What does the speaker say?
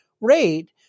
rate